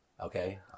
Okay